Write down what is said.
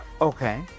Okay